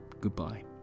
Goodbye